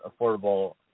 affordable